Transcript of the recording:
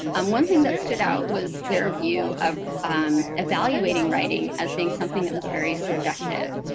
um one thing that stood out was their view of um evaluating writing as being something that was very subjective.